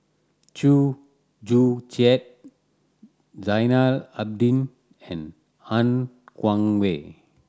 Chew Joo Chiat Zainal Abidin and Han Guangwei